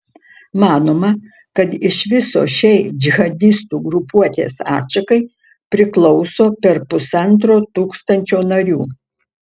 manoma kad iš viso šiai džihadistų grupuotės atšakai priklauso per pusantro tūkstančio narių